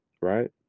right